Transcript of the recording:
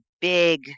big